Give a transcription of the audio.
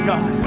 God